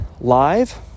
live